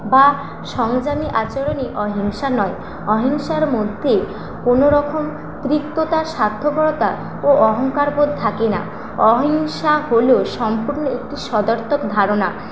বা সংযমী আচরণই অহিংসা নয় অহিংসার মধ্যে কোনওরকম তিক্ততা স্বার্থপরতা ও অহংকারবোধ থাকে না অহিংসা হল সম্পূর্ণ একটি সদর্থক ধারণা